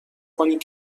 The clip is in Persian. کنید